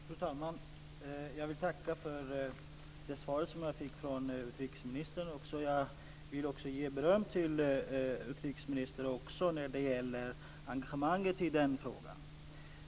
Fru talman! Jag vill tacka för svaret från utrikesministern. Jag vill också ge beröm när det gäller engagemanget i frågan.